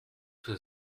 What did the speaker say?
für